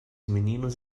meninos